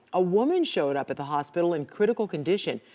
a woman showed up at the hospital in critical condition.